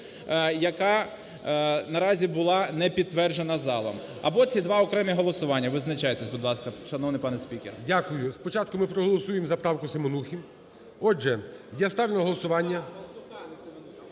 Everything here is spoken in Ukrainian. яка наразі була не підтверджена залом. Або ці два окремі голосування. Визначайтесь, будь ласка, шановний пане спікер. ГОЛОВУЮЧИЙ. Дякую. Спочатку ми проголосуємо за правку Семенухи. Отже, я ставлю на голосування…